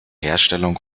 herstellung